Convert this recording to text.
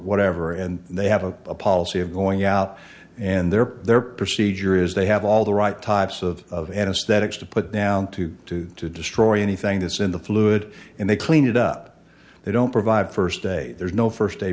whatever and they have a policy of going out and there their procedure is they have all the right types of anesthetics to put down to to destroy anything this in the fluid and they clean it up they don't provide first day there's no first day